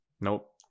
Nope